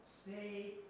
stay